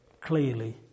clearly